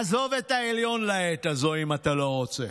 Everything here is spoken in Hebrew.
עזוב את העליון לעת הזו אם אתה לא רוצה,